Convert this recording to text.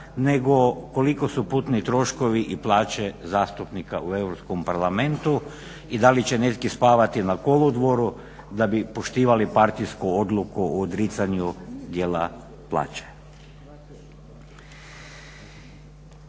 nego koliko su putni troškovi i plaće zastupnika u Europskom parlamentu i da li će neki spavati na kolodvoru da bi poštivali partijsku odluku o odricanju dijela plaće.